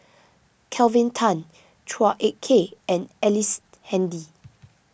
Kelvin Tan Chua Ek Kay and Ellice Handy